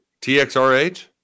TXRH